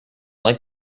like